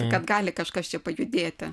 kad gali kažkas čia pajudėti